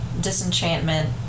disenchantment